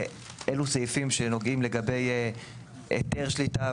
אלו סעיפים שנוגעים לגבי היתר שליטה,